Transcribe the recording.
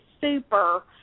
super –